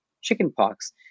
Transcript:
chickenpox